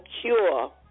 cure